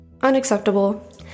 Unacceptable